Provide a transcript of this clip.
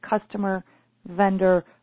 customer-vendor